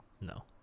no